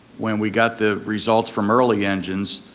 when we got the results from early engines,